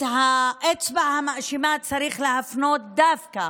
את האצבע המאשימה צריך להפנות דווקא